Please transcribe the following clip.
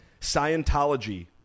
Scientology